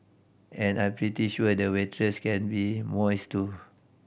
and I'm pretty sure the waitress can be moist too